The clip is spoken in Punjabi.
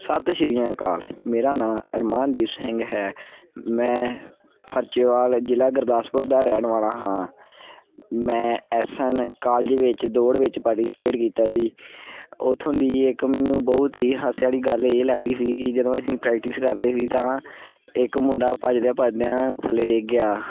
ਸਤਿ ਸ਼੍ਰੀ ਅਕਾਲ ਮੇਰਾ ਨਾਂ ਅਰਮਾਨਦੀਪ ਸਿੰਘ ਹੈ ਮੈਂ ਹਰਚੇਵਾਲ ਜ਼ਿਲ੍ਹਾ ਗੁਰਦਾਸਪੁਰ ਦਾ ਰਹਿਣ ਵਾਲਾ ਹਾਂ ਮੈਂ ਐਸ ਐਨ ਕਾਲਜ ਵਿੱਚ ਦੌੜ ਵਿੱਚ ਪਾਰਟੀਸਪੇਟ ਕੀਤਾ ਸੀ ਉੱਥੋਂ ਦੀ ਇੱਕ ਮੈਨੂੰ ਬਹੁਤ ਹੀ ਹਾਸੇ ਵਾਲੀ ਗੱਲ ਇਹ ਲੱਗਦੀ ਸੀ ਕਿ ਜਦੋਂ ਅਸੀਂ ਪ੍ਰੈਕਟਿਸ ਕਰਦੇ ਸੀ ਤਾਂ ਇੱਕ ਮੁੰਡਾ ਭੱਜਦਿਆਂ ਭੱਜਦਿਆਂ ਥੱਲੇ ਡਿੱਗ ਗਿਆ